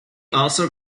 also